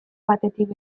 batetik